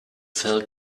fell